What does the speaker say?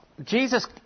Jesus